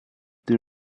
the